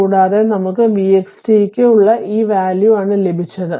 കൂടാതെ നമുക്ക് vxt ക്കു ഈ വാല്യൂ ആണ് ലഭിച്ചത്